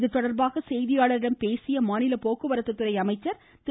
இதுதொடர்பாக செய்தியாளர்களிடம் பேசிய மாநில போக்குவரத்து அமைச்சர் திரு